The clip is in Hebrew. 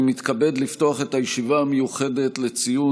אני מתכבד לפתוח את הישיבה המיוחדת לציון